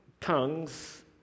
tongues